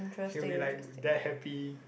he will be like that happy